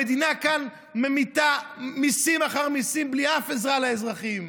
המדינה כאן ממיטה מיסים אחרי מיסים בלי אף עזרה לאזרחים.